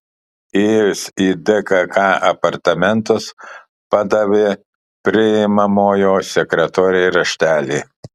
įėjusi į dkk apartamentus padavė priimamojo sekretorei raštelį